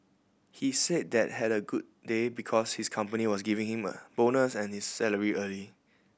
he said that had a good day because his company was giving him a bonus and his salary early